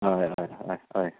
हय हय हय हय